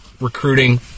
recruiting